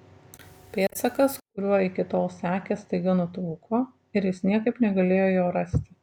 pėdsakas kuriuo iki tol sekė staiga nutrūko ir jis niekaip negalėjo jo rasti